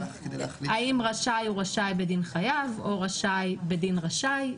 האם רשאי הוא רשאי בדין חייב או רשאי בדין רשאי.